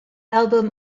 album